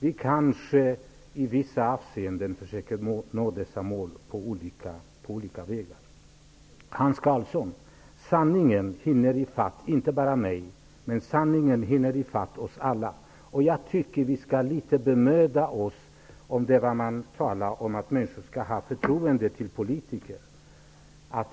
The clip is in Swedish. I vissa avseenden försöker vi kanske nå dessa mål på olika vägar. Sanningen hinner inte bara ifatt mig, Hans Karlsson. Den hinner ifatt oss alla. Jag tycker att vi skall bemöda oss litet, med tanke på vad man säger om att människor skall ha förtroende för politiker.